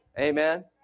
Amen